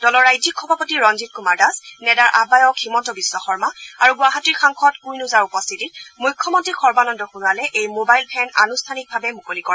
দলৰ ৰাজ্যিক সভাপতি ৰঞ্জিত কুমাৰ দাস নেডাৰ আহায়ক হিমন্ত বিখ্ব শৰ্মা আৰু গুৱাহাটীৰ সাংসদ কুইন ওজাৰ উপস্থিতিত মুখ্যমন্ত্ৰী সৰ্বানন্দ সোণোৱালে এই মোবাইল ভেন আনুষ্ঠানিকভাৱে মুকলি কৰে